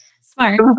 Smart